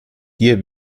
dir